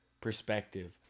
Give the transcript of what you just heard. perspective